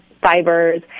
fibers